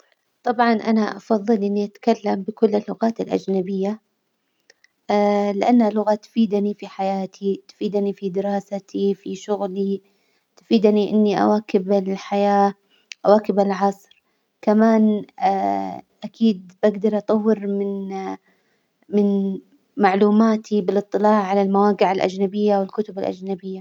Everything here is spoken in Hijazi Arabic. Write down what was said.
طبعا أنا أفظل إني أتكلم بكل اللغات الأجنبية لأنها لغة تفيدني في حياتي، تفيدني في دراستي، في شغلي، تفيدني إني أواكب الحياة، أواكب العصر، كمان أكيد بجدر أطور من- من معلوماتي بالإطلاع على المواجع الأجنبية والكتب الأجنبية.